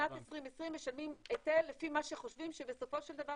בשנת 2020 משלמים היטל לפי מה שחושבים שבסופו של דבר